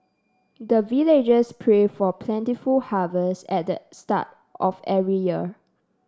the villagers pray for plentiful harvest at the start of every year